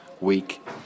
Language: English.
week